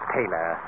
Taylor